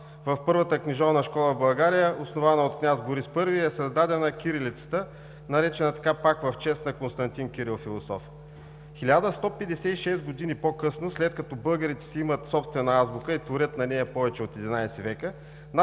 в Първата книжовна школа в България, основана от княз Борис I, e създадена кирилицата, наречена така пак в чест на Константин-Кирил Философ. Хиляда сто петдесет и шест години по-късно, след като българите си имат собствена азбука и творят на нея повече от 11 века,